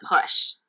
push